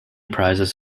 prizes